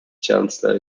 chancellor